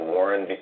Warren